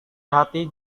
hati